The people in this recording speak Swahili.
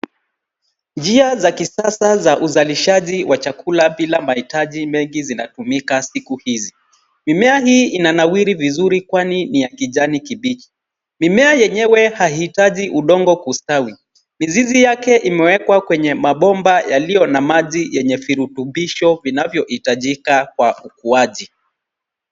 Njia za kisasa za uzalishaji wa chakula bila mahitaji mengi zinatumika siku hizi. Mimea hii inanawiri vizuri kwani ni ya kijani kibichi. Mimea yenyewe haihitaji udongo kustawi. Mizizi yake imewekwa kwenye mabomba yaliyo na maji yenye virutubisho vinavyohitajika kwa ukuwaji.